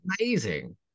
amazing